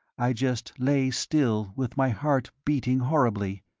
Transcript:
i just lay still with my heart beating horribly,